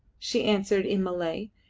she answered in malay,